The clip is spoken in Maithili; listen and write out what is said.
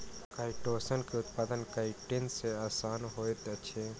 काइटोसान के उत्पादन काइटिन सॅ आसान होइत अछि